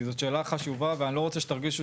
כי זאת שאלה חשובה ואני לא רוצה שתרגישו